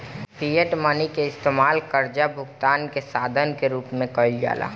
fiat money के इस्तमाल कर्जा भुगतान के साधन के रूप में कईल जाला